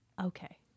okay